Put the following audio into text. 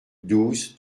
douze